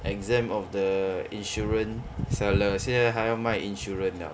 exam of the insurance seller 现在他要卖 insurance liao